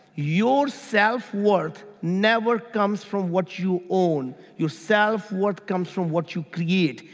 your self worth never comes from what you own. your self worth comes from what you create.